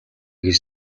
гэж